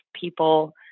people